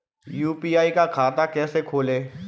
UPI का खाता कैसे खोलें?